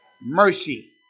mercy